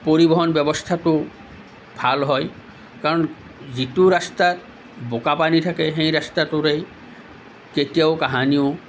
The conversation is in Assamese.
পৰিবহণ ব্যৱস্থাটো ভাল হয় কাৰণ যিটো ৰাস্তাত বোকা পানী থাকে সেই ৰাস্তাটোৰেই কেতিয়াও কাহানিও